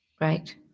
right